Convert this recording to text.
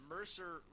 Mercer